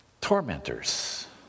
Tormentors